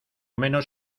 menos